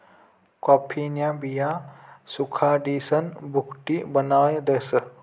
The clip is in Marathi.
कॉफीन्या बिया सुखाडीसन भुकटी बनाडतस